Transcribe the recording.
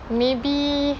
maybe